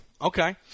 Okay